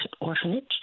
orphanage